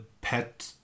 pet